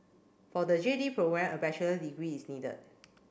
for the J D program a bachelor degree is needed